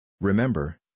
Remember